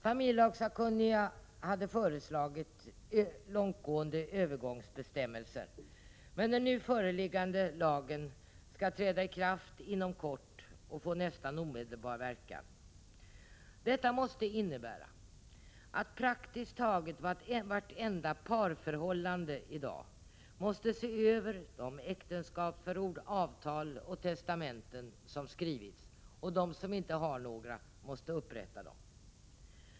Familjelagssakkunniga hade föreslagit långt gående övergångsbestämmelser. Men den nu föreliggande lagen skall träda i kraft inom kort och får nästan omedelbar verkan. Detta måste innebära att praktiskt taget alla som i dag lever i parförhållanden måste se över de äktenskapsförord, avtal och testamenten som skrivits, och de som inte har några måste upprätta sådana.